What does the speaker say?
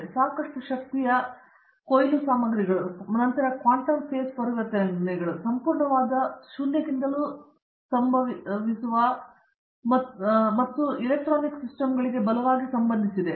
ಮತ್ತು ಸಾಕಷ್ಟು ಶಕ್ತಿಯ ಕೊಯ್ಲು ಸಾಮಗ್ರಿಗಳು ಮತ್ತು ಕ್ವಾಂಟಮ್ ಫೇಸ್ ಪರಿವರ್ತನೆಗಳು ಸಂಪೂರ್ಣವಾದ 0 ಕ್ಕಿಂತಲೂ ಸಂಭವಿಸಿದವು ಮತ್ತು ಎಲೆಕ್ಟ್ರಾನ್ ಸಿಸ್ಟಮ್ಗಳಿಗೆ ಬಲವಾಗಿ ಸಂಬಂಧಿಸಿವೆ